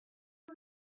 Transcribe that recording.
who